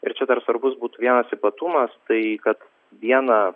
ir čia dar svarbus būtų vienas ypatumas tai kad vieną